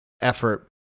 effort